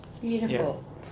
Beautiful